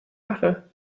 mache